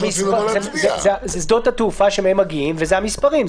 זה שדות התעופה שמהם מגיעים וזה המספרים.